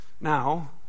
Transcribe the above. Now